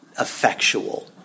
effectual